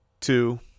Two